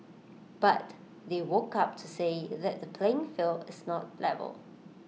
but they woke up to say that the playing field is not level